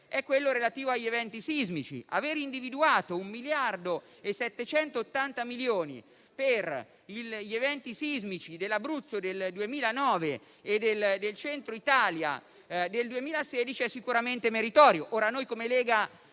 è quello relativo agli eventi sismici. Aver individuato 1,780 miliardi per gli eventi sismici verificatisi in Abruzzo nel 2009 e nel Centro Italia nel 2016 è sicuramente meritorio.